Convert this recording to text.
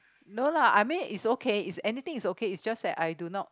no lah I mean is okay is anything is okay is just that I do not